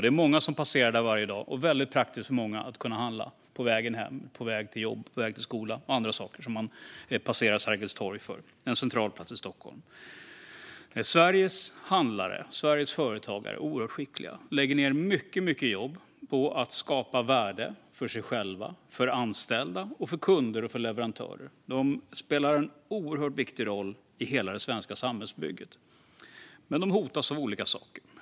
Det är många som passerar den varje dag, och det är väldigt praktiskt för många att kunna handla på vägen hem, på väg till jobbet, på väg till skolan eller på väg till andra saker som de passerar Sergels torg för. Det är en central plats i Stockholm. Sveriges handlare och företagare är oerhört skickliga. De lägger ned mycket jobb på att skapa värde för sig själva, för anställda, för kunder och för leverantörer. De spelar en oerhört viktig roll i hela det svenska samhällsbygget. Men de hotas av olika saker.